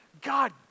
God